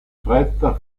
fretta